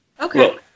Okay